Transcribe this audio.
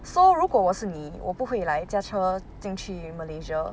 so 如果我是你我不会 like 驾车进去 malaysia